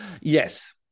Yes